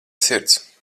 sirds